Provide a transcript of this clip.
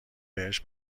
بهش